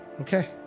Okay